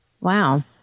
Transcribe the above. Wow